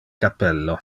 cappello